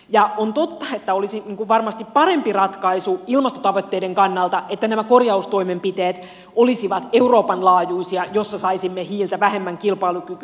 on totta että olisi varmasti parempi ratkaisu ilmastotavoitteiden kannalta että nämä korjaustoimenpiteet joilla saisimme hiiltä vähemmän kilpailukykyiseksi olisivat euroopan laajuisia jossa saisi vihjeitä vähemmän kilpailukyky